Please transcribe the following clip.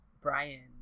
Brian